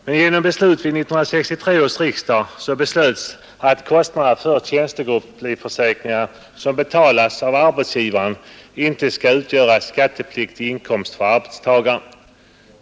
Men genom beslut vid 1963 års riksdag beslöts alt kostnaderna för tjänstegrupplivförsäkringarna, som betalas av arbetsgivaren, inte skall utgöra skattepliktig inkomst för arbetstagaren.